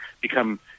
become